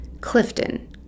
Clifton